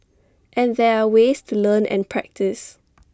and there are ways to learn and practice